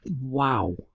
wow